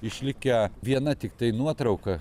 išlikę viena tiktai nuotrauka